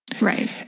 Right